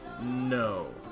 No